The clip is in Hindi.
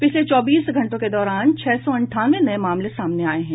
पिछले चौबीस घंटों के दौरान छह सौ अंठानवे नये मामले सामने आये हैं